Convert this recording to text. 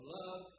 love